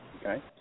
Okay